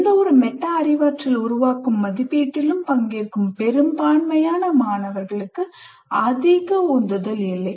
எந்தவொரு மெட்டா அறிவாற்றல் உருவாக்கும் மதிப்பீட்டிலும் பங்கேற்கும் பெரும்பான்மையான மாணவர்களுக்கு அதிக உந்துதல் இல்லை